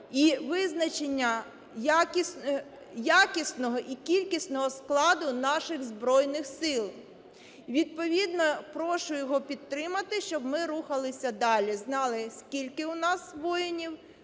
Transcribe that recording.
і визначення якісного і кількісного складу наших Збройних Сил. Відповідно, прошу його підтримати, щоб ми рухалися далі, знали, скільки у нас воїнів,